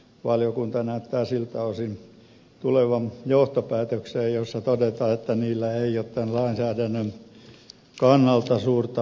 valiokunta näyttää siltä osin tulevan johtopäätökseen jossa todetaan että niillä ei ole tämän lainsäädännön kannalta suurta merkitystä